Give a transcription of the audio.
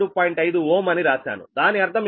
దాని అర్థం ఏమిటంటే X2new 0